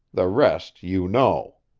the rest you know.